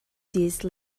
these